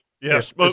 Yes